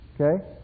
Okay